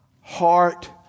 heart